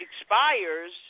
expires